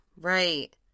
right